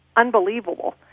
unbelievable